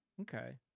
okay